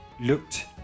looked